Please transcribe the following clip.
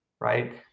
right